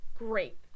great